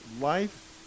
life